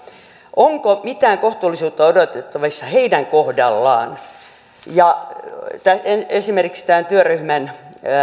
onko mitään kohtuullisuutta odotettavissa heidän kohdallaan esimerkiksi tämän työryhmän